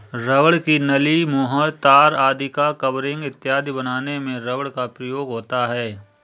rubber की नली, मुहर, तार आदि का कवरिंग इत्यादि बनाने में रबर का उपयोग होता है